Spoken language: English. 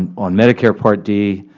and on medicare part d,